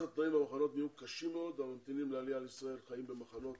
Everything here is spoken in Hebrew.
התנאים במחנות נהיו קשים מאוד והממתינים לעלייה לישראל חיים במחנות